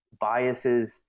biases